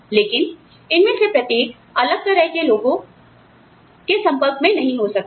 लेकिन इनमें से प्रत्येक अलग तरह के लोगो के संपर्क में नहीं हो सकता है